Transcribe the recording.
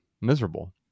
miserable